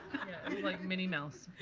i mean like minnie mouse.